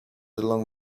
along